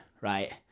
right